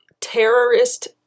terrorist